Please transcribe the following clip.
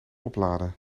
opladen